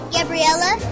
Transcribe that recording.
Gabriella